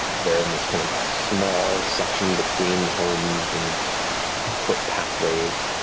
there in this kind of small section between homes and foot pathways.